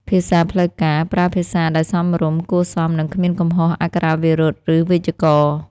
ភាសាផ្លូវការ ប្រើភាសាដែលសមរម្យ គួរសម និងគ្មានកំហុសអក្ខរាវិរុទ្ធ ឬវេយ្យាករណ៍។